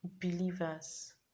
believers